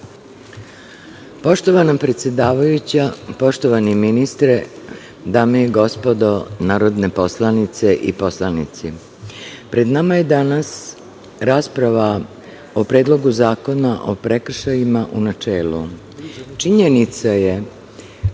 Poštovana predsedavajuća, poštovani ministre, dame i gospodo narodne poslanice i narodni poslanici, pred nama je danas rasprava o Predlogu zakona o prekršajima u načelu. Činjenica je